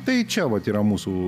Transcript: tai čia vat yra mūsų